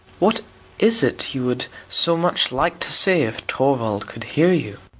what is it you would so much like to say if torvald could hear you?